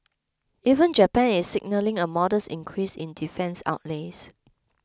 even Japan is signalling a modest increase in defence outlays